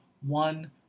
One